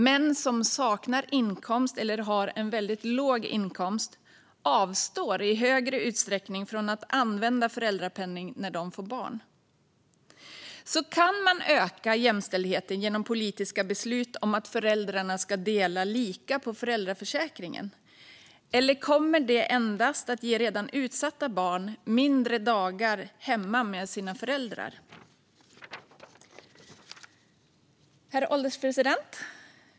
Män som saknar inkomst eller som har en låg inkomst avstår i större utsträckning från att använda föräldrapenning när de får barn. Kan man då öka jämställdheten genom politiska beslut om att föräldrarna ska dela lika på föräldraförsäkringen, eller kommer det endast att ge redan utsatta barn färre dagar hemma med sina föräldrar? Herr ålderspresident!